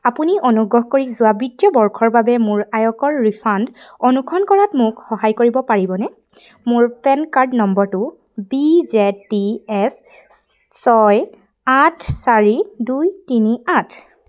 আপুনি অনুগ্ৰহ কৰি যোৱা বিত্তীয় বৰ্ষৰ বাবে মোৰ আয়কৰ ৰিফাণ্ড অনুসৰণ কৰাত মোক সহায় কৰিব পাৰিবনে মোৰ পেন কাৰ্ড নম্বৰটো বি জেদ টি এচ ছয় আঠ চাৰি দুই তিনি আঠ